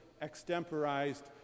extemporized